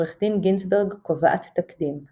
עו"ד גינצברג קובעת תקדים,